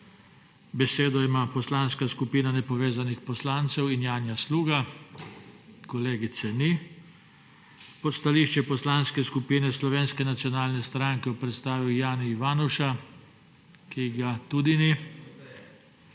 Besedo ima Poslanka skupina nepovezanih poslancev in Janja Sluga. Kolegice ni. Stališče Poslanske skupine Slovenske nacionalne stranke bo predstavil Jani Ivanuša, ki ga tudi ni.